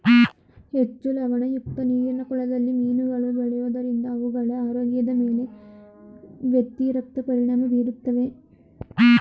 ಹೆಚ್ಚು ಲವಣಯುಕ್ತ ನೀರಿನ ಕೊಳದಲ್ಲಿ ಮೀನುಗಳು ಬೆಳೆಯೋದರಿಂದ ಅವುಗಳ ಆರೋಗ್ಯದ ಮೇಲೆ ವ್ಯತಿರಿಕ್ತ ಪರಿಣಾಮ ಬೀರುತ್ತದೆ